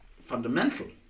fundamental